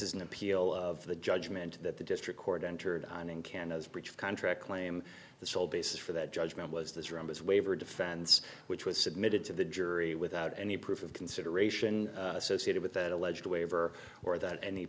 is an appeal of the judgment that the district court entered on in can a breach of contract claim the sole basis for that judgment was this room is waiver defense which was submitted to the jury without any proof of consideration associated with that alleged waiver or that any